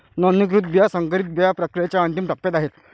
नोंदणीकृत बिया संकरित बिया प्रक्रियेच्या अंतिम टप्प्यात आहेत